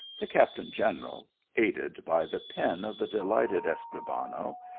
the captain-general, aided by the pen of the delighted escribano,